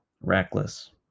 reckless